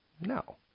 No